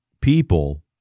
people